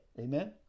Amen